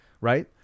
Right